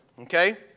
Okay